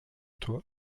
toi